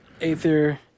Aether